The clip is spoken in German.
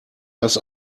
das